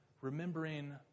remembering